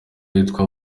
witwa